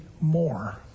more